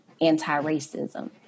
anti-racism